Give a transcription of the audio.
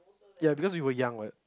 ya because we were young what